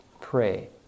pray